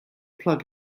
plug